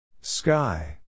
Sky